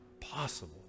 possible